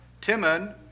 Timon